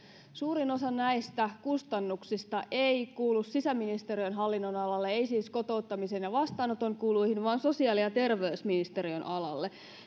suurin osa näistä kustannuksista ei kuulu sisäministeriön hallinnonalalle ei siis kotouttamisen ja vastaanoton kuluihin vaan sosiaali ja terveysministeriön alalle